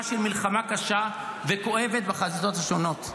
של מלחמה קשה וכואבת בחזיתות השונות.